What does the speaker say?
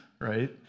right